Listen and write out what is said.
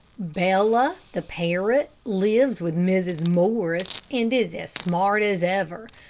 bella, the parrot, lives with mrs. morris, and is as smart as ever.